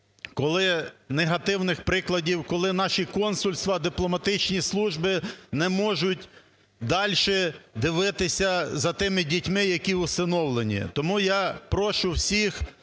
негативних прикладів, коли наші консульства, дипломатичні служби не можуть дальше дивитися за тими дітьми, які усиновлені. Тому я прошу всіх,